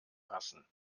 passen